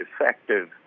effective